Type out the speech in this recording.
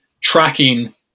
tracking